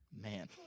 Man